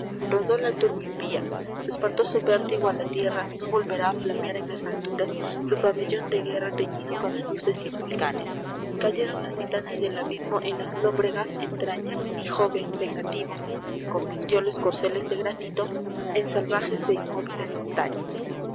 rodó la turba impía en espantoso vértigo á la tierra no volverá á flamear en las alturas su pabellon de guerra teñido con la luz de cien volcanes cayeron los titanes del abismo en las lóbregas entrañas y jove vengativo convirtió los corceles de granito en salvajes é inmóviles montañas